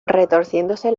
retorciéndose